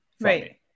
right